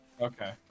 Okay